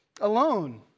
alone